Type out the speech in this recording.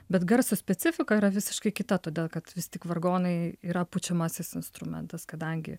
bet garso specifika yra visiškai kita todėl kad vis tik vargonai yra pučiamasis instrumentas kadangi